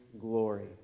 glory